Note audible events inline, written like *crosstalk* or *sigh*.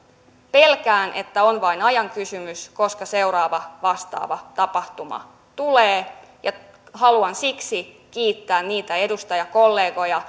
pelkään että on vain ajan kysymys koska seuraava vastaava tapahtuma tulee ja haluan siksi kiittää niitä edustajakollegoja *unintelligible*